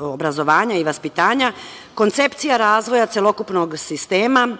obrazovanja i vaspitanja koncepcija razvoja celokupnog sistema